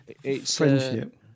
friendship